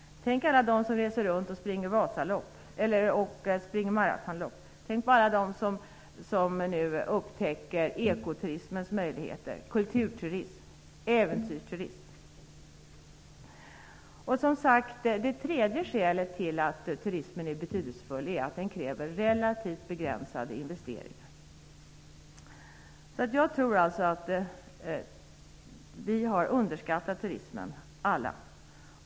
Tänk på alla de som reser runt och springer maratonlopp! Tänk på alla de som nu upptäcker ekoturism, kulturturism och äventyrsturism! Det tredje skälet till att turismen är betydelsefull är att den kräver relativt begränsade investeringar. Jag tror att vi alla har underskattat turismen.